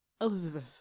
Elizabeth